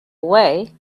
way